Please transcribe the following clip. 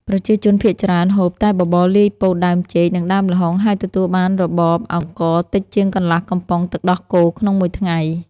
ប្រជាជនភាគច្រើនហូប តែបបរលាយពោត ដើមចេក និងដើមល្ហុង ហើយទទួលបានរបប អង្ករតិចជាងកន្លះកំប៉ុងទឹកដោះគោក្នុងមួយថ្ងៃ។